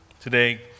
today